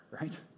right